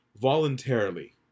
voluntarily